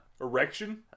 Erection